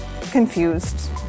confused